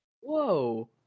Whoa